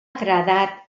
agradat